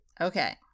Okay